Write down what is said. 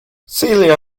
celia